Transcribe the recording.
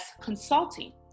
Consulting